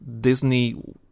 Disney